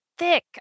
thick